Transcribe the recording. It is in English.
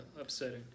upsetting